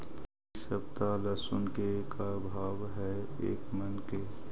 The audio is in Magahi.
इ सप्ताह लहसुन के का भाव है एक मन के?